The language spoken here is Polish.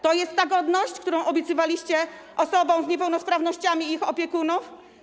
To jest ta godność, którą obiecywaliście osobom z niepełnosprawnościami i ich opiekunom?